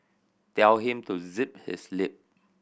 tell him to zip his lip